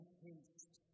haste